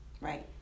Right